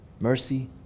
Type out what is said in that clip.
mercy